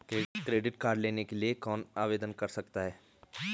Credit card लेने के लिए कौन आवेदन कर सकता है?